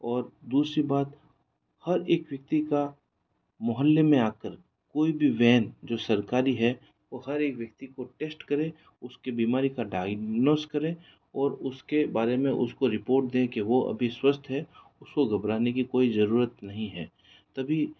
और दूसरी बात हर एक व्यक्ति का मोहल्ले में आकर कोई भी वैन जो सरकारी है वो हर एक व्यक्ति को टेस्ट करें उसके बीमारी का डायग्नोस करें और उसके बारे में उसको रिपोर्ट दे कि वो अभी स्वस्थ है उसको घबराने की कोई जरूरत नहीं है तभी